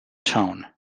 town